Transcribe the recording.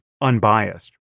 unbiased